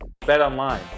BetOnline